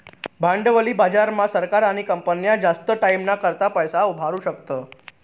भांडवली बाजार मा सरकार आणि कंपन्या जास्त टाईमना करता पैसा उभारु शकतस